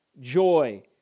joy